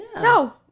No